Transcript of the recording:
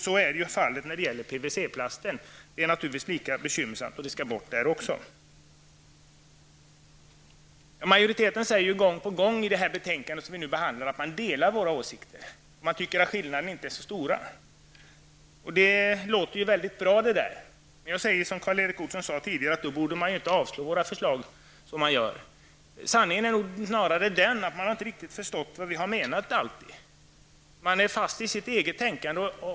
Så är fallet beträffande PVC plasten, som är lika bekymmersam och som också skall bort. Majoriteten säger gång på gång i det betänkande som vi nu behandlar att man delar våra åsikter och tycker att skillnaderna inte är så stora. Det låter väldigt bra. Men jag säger som Karl Erik Olsson sade tidigare: Då borde man inte avslå våra förslag som man gör. Sanningen är nog snarare den att man inte alltid riktigt har förstått vad vi har menat. Man är fast i sitt eget tänkande.